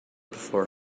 before